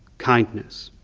kindness,